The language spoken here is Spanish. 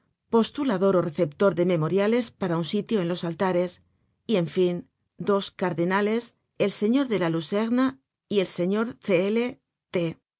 ó receptor de memoriales para un sitio en los altares y en fin dos cardenales el señor de la luzerne y el señor